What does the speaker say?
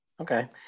okay